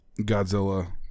Godzilla